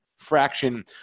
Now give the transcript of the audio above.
fraction